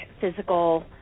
physical